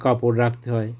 কাপড় রাখতে হয়